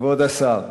כבוד השר,